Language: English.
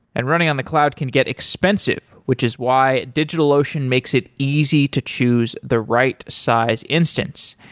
and running on the cloud can get expensive, which is why digitalocean makes it easy to choose the right size instance.